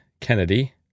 Kennedy